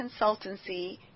consultancy